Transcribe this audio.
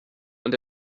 und